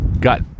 Got